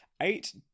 eight